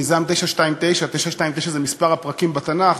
מיזם 929. 929 זה מספר הפרקים בתנ"ך,